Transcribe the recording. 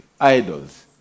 idols